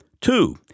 Two